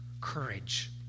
courage